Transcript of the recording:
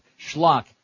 Schlock